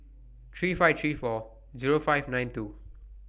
three five three four Zero five nine two